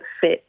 fit